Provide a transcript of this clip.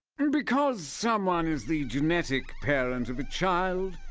and because someone is the genetic parent of the child,